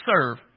serve